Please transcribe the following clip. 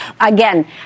Again